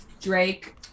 drake